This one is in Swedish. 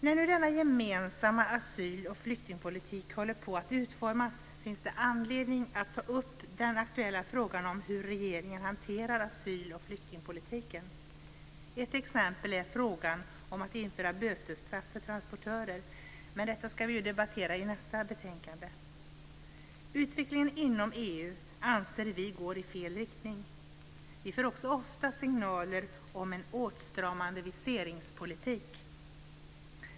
När nu denna gemensamma asyl och flyktingpolitik håller på att utformas finns det anledning att ta upp den aktuella frågan om hur regeringen hanterar asyl och flyktingpolitiken. Ett exempel är frågan om att införa bötesstraff för transportörer, men detta ska vi debattera i samband med nästa betänkande. Utvecklingen inom EU anser vi går i fel riktning. Vi får också ofta signaler om en åtstramande viseringspolitik.